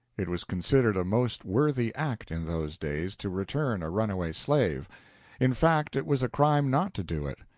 it was considered a most worthy act in those days to return a runaway slave in fact, it was a crime not to do it.